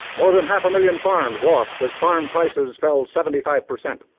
more than half a million farms lost, as farm prices fell seventy five percent.